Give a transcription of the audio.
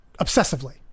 obsessively